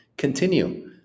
continue